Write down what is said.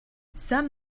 some